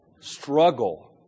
struggle